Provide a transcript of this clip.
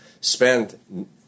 Spend